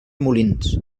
molins